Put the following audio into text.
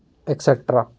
etc